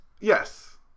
Yes